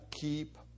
keep